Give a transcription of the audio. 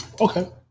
okay